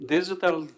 Digital